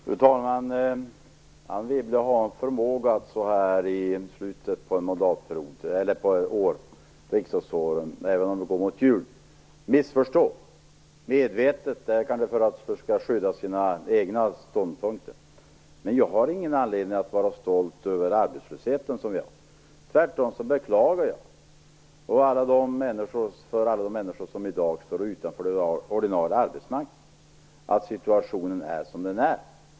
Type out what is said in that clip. Fru talman! Anne Wibble har en förmåga att så här i slutet av året, när vi går mot jul, medvetet missförstå, kanske för att försöka skydda sina egna ståndpunkter. Jag har ingen anledning att vara stolt över den arbetslöshet som vi har. Tvärtom beklagar jag för alla de människor som i dag står utanför den ordinarie arbetsmarknaden att situationen är som den är.